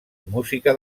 música